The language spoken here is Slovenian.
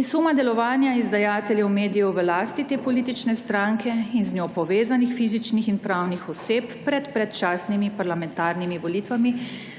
in suma delovanja izdajateljev medijev v lasti te politične stranke in z njo povezanih fizičnih in pravnih oseb pred predčasnimi parlamentarnimi volitvami